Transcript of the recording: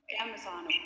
amazon